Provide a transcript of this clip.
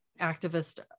activist